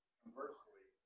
conversely